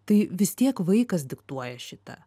tai vis tiek vaikas diktuoja šitą